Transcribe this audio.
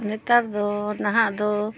ᱱᱮᱛᱟᱨ ᱫᱚ ᱱᱟᱦᱟᱜ ᱫᱚ